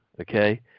okay